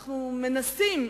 אנחנו מנסים,